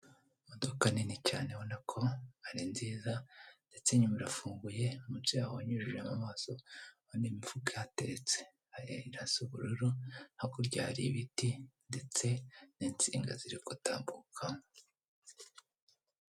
Imodoka nini cyane ubona ko ari nziza ndetse nyuma irafunguye, munsi yaho unyujijemo amaso urabona imifuka ihateretse. Irasa ubururu, hakurya hari ibiti ndetse n'insinga zirikotambukamo.